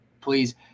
please